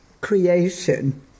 creation